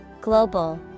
Global